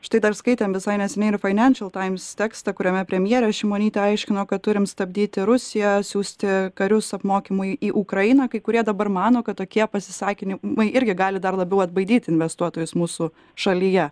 štai dar skaitėm visai neseniai ir financial times tekstą kuriame premjerė šimonytė aiškino kad turim stabdyti rusiją siųsti karius apmokymui į ukrainą kai kurie dabar mano kad tokie pasisakymai irgi gali dar labiau atbaidyti investuotojus mūsų šalyje